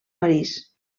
parís